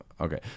Okay